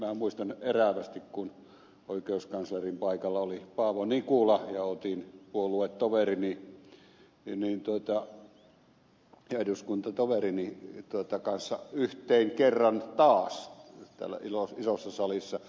minä muistan elävästi kun oikeuskanslerin paikalla oli paavo nikula ja otin puoluetoverini eduskuntatoverini kanssa yhteen kerran taas täällä isossa salissa